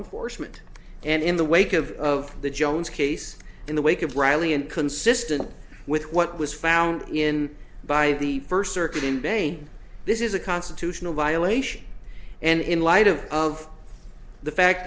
enforcement and in the wake of of the jones case in the wake of riley and consistent with what was found in by the first circuit in bain this is a constitutional violation and in light of of the fact